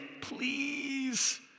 please